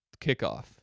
kickoff